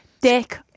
dick